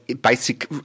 basic